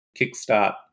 kickstart